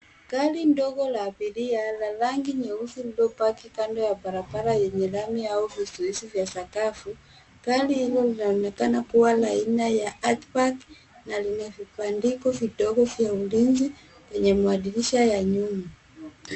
Gari ndogo la abiria la rangi nyeusi lililo paki kando ya barabara yenye lami au vizuizi vya sakafu. Gari hili linaonekana kuwa la aina ya autbag na lina vibandiko vidogo vya ulinzi kwenye madirisha ya nyuma.